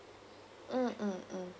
mm mm mm